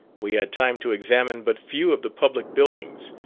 we had time to examine but few of the public buildings,